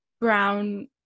brown